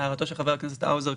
להערתו של חבר הכנסת האוזר,